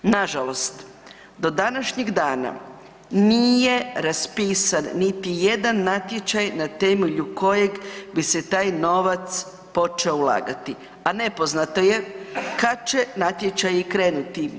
Nažalost do današnjeg dana nije raspisan niti jedan natječaj na temelju kojeg bi se taj novac počeo ulagati, a nepoznato je kad će natječaji krenuti.